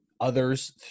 others